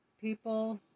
people